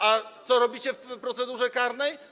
A co robicie w procedurze karnej?